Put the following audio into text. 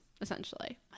essentially